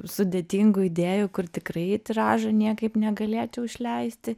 sudėtingų idėjų kur tikrai tiražo niekaip negalėčiau išleisti